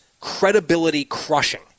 credibility-crushing